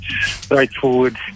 straightforward